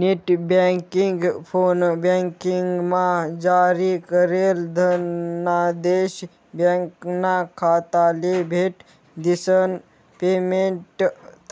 net banking, फोनबँकिंगमा जारी करेल धनादेश ब्यांकना खाताले भेट दिसन पेमेंट